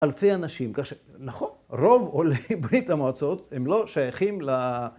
אלפי אנשים, כך ש.. נכון, רוב עולי בברית המועצות, הם לא שייכים ל...